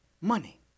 money